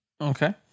Okay